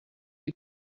you